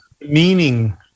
meaning